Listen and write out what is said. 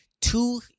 two-